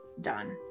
done